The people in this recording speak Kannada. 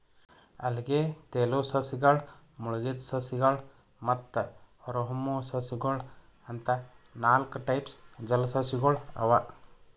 ಅಲ್ಗೆ, ತೆಲುವ್ ಸಸ್ಯಗಳ್, ಮುಳಗಿದ್ ಸಸ್ಯಗಳ್ ಮತ್ತ್ ಹೊರಹೊಮ್ಮುವ್ ಸಸ್ಯಗೊಳ್ ಅಂತಾ ನಾಲ್ಕ್ ಟೈಪ್ಸ್ ಜಲಸಸ್ಯಗೊಳ್ ಅವಾ